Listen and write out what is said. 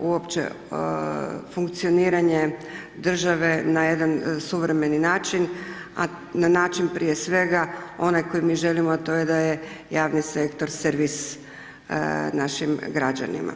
uopće za funkcioniranje države na jedan suvremeni način, a na način prije svega, onaj koji mi želimo a to je da je javni sektor servis našim građanima.